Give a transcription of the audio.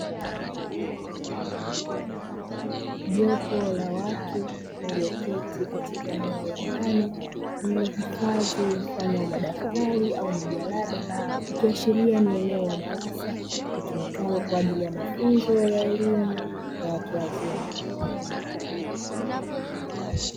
Jopo la watu walioketi katika eneo la ndani, lililohifadhi mfano wa madaftari au majalada. Likiashiria ni eneo la darasa litumikalo kwa ajili ya mafunzo ya elimu ya watu wazima.